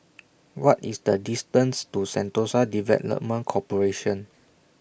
What IS The distance to Sentosa Development Corporation